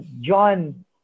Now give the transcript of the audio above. John